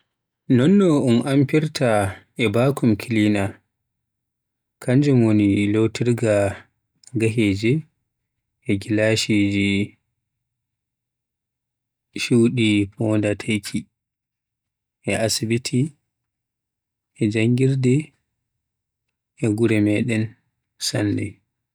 Non no un amfirta vacuum cleaner hanjun woni lotirga geheje e gilashije cuudi fondaateki e asibiti, e janngirde e gure meden. Sanne.